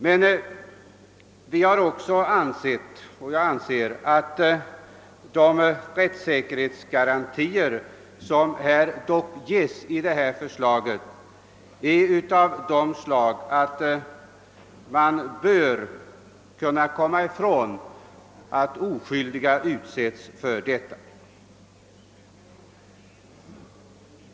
Men vi har också ansett att de rättssäkerhetsgarantier, som dock ges i förslaget, är sådana att man inte behöver frukta att oskyldiga människor drabbas.